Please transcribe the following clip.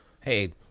hey